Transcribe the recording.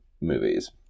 movies